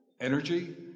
energy